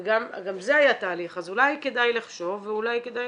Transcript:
וגם זה היה תהליך, אז אולי כדאי לחשוב ואולי כדאי